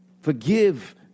Forgive